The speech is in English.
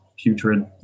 putrid